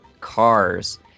cars